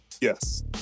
Yes